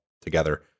together